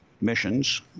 missions